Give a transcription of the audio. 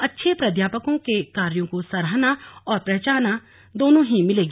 अच्छे प्राध्यापकों के कार्यों को सराहना और पहचान दोनों ही मिलेगी